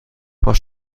was